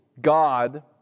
God